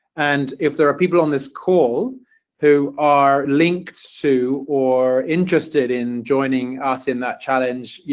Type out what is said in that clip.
and if there are people on this call who are linked to or interested in joining us in that challenge, yeah